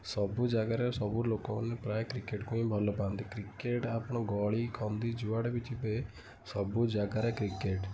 ସବୁ ଜାଗାରେ ସବୁ ଲୋକମାନେ ପ୍ରାୟେ କ୍ରିକେଟ୍କୁ ହିଁ ଭଲ ପାଆନ୍ତି କ୍ରିକେଟ୍ ଆପଣ ଗଳି କନ୍ଦି ଯୁଆଡ଼େ ବି ଯିବେ ସବୁ ଜାଗାରେ କ୍ରିକେଟ୍